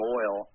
oil